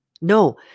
No